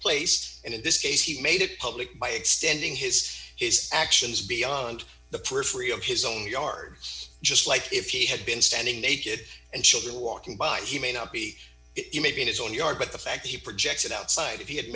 place and in this case he made it public by extending his his actions beyond the periphery of his own yard just like if he had been standing naked and children walking by he may not be you maybe in his own yard but the fact he projects it outside if he had